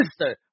Mr